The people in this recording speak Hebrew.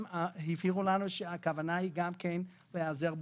והם הבהירו לנו שהכוונה היא גם להיעזר בהם.